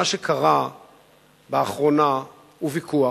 מה שקרה באחרונה הוא ויכוח,